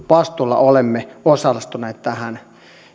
vastuulla olemme osallistuneet tähän